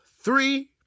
three